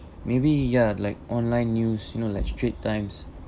maybe ya like online news you know like straits times